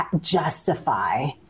justify